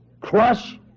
crush